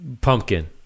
Pumpkin